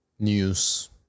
news